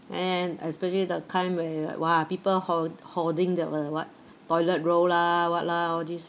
and then especially the time where !wah! people hol~ holding the what toilet roll lah what lah all these